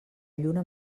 lluna